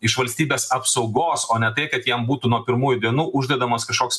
iš valstybės apsaugos o ne tai kad jiem būtų nuo pirmųjų dienų uždedamas kažkoks